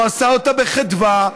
והוא עשה אותה בחדווה,